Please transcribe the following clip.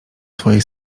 swojej